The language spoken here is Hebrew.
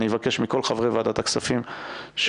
אני אבקש מכל חברי ועדת הכספים שיצטרפו